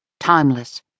timeless